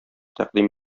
тәкъдим